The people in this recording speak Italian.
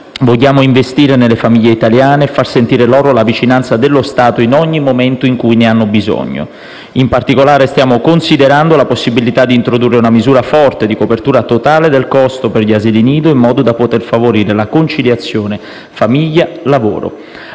Vogliamo investire nelle famiglie italiane e far sentire loro la vicinanza dello Stato in ogni momento in cui ne hanno bisogno. In particolare, stiamo considerando la possibilità d'introdurre una misura forte, di copertura totale del costo per gli asili nido, in modo da favorire la conciliazione famiglia-lavoro.